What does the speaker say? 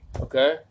Okay